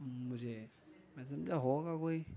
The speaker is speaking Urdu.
مجھے میں سمجھا ہوگا کوئی